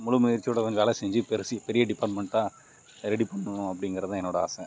முழு முயற்சியோட கொஞ்சம் வேலை செஞ்சு பெரிசா பெரிய டிபார்ட்மெண்ட்டாக ரெடி பண்ணணும் அப்படிங்கிறது தான் என்னோட ஆசை